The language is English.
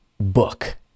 book